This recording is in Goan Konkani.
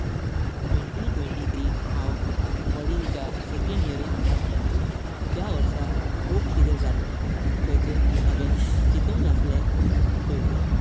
ट्वेंटी ट्वेंटी थ्री हाव कॉलेजिचा सेकंड इयरिक आसलो। त्या वर्सा खूब किते जाले खायचे हवें चीतुंग नसले पयली।